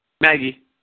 Maggie